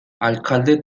alcalde